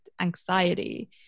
anxiety